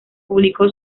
publicó